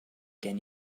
gen